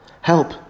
Help